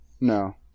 No